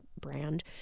brand